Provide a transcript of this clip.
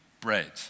bread